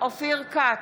אופיר כץ,